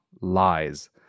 lies